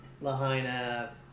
Lahaina